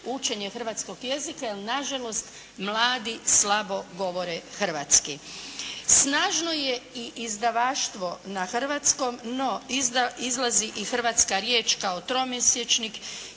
učenje hrvatskog jezika, jer nažalost mladi slabo govore Hrvatski. Snažno je i izdavaštvo na Hrvatskom, no izlazi i Hrvatska riječ kao tromesječnik,